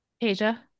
asia